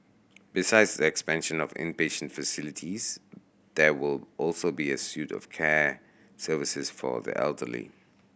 besides expansion of inpatient facilities there will also be a suite of care services for the elderly